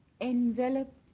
Enveloped